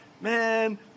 man